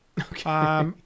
Okay